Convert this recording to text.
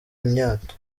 imyato